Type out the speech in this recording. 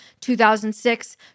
2006